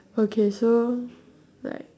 okay so like